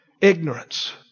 Ignorance